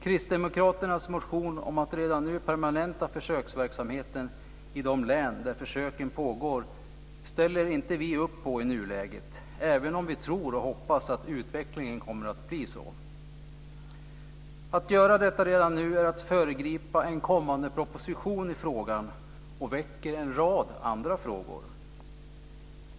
Kristdemokraternas motion om att redan nu permanenta försöksverksamheten i de län där försöken pågår ställer vi inte upp på i nuläget, även om vi tror och hoppas att utvecklingen kommer att bli så. Att göra detta redan nu är att föregripa en kommande proposition i frågan och väcker en rad andra frågor.